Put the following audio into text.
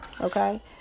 okay